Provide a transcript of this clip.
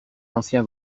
ancien